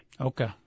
Okay